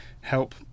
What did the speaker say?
help